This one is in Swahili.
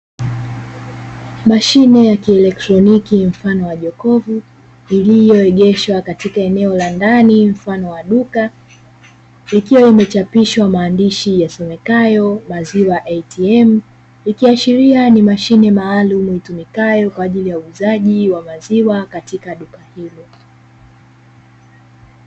Mashine ya kielektroniki mfano wa jokofu, iliyoegeshwa katika eneo la ndani mfano wa duka, ikiwa imechapishwa maandishi yasomekayo "MAZIWA ATM", ikiashiria ni mashine maalumu itumikayo kwa ajili ya uuzaji wa maziwa katika duka hilo.